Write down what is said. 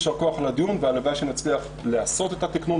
יישר כוח על הדיון והלוואי שנצליח לעשות את התיקנון